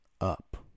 up